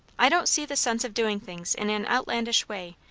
i don't see the sense of doing things in an outlandish way,